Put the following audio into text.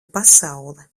pasaule